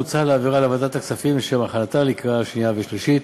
ומוצע להעבירה לוועדת הכספים לשם הכנתה לקריאה שנייה ושלישית.